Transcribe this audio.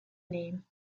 name